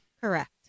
Correct